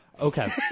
Okay